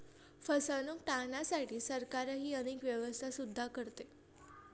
फसवणूक टाळण्यासाठी सरकारही अनेक व्यवस्था सुद्धा करते